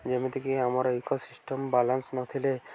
ଯେମିତିକି ଆମର ecosystem balance ନଥିଲେ